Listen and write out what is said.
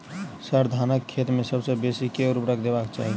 sir, धानक खेत मे सबसँ बेसी केँ ऊर्वरक देबाक चाहि